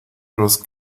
los